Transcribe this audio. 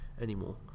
anymore